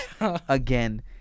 again